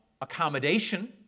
accommodation